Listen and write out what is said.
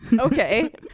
okay